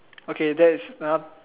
okay that's enough